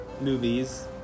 movies